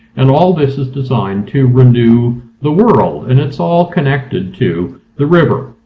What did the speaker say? and all this is designed to renew the world. and it's all connected to the river.